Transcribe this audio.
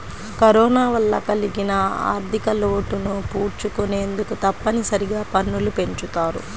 corona వల్ల కలిగిన ఆర్ధికలోటును పూడ్చుకొనేందుకు తప్పనిసరిగా పన్నులు పెంచుతారు